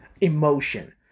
emotion